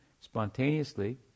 spontaneously